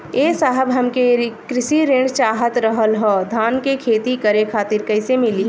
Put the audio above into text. ए साहब हमके कृषि ऋण चाहत रहल ह धान क खेती करे खातिर कईसे मीली?